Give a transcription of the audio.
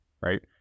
right